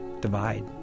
divide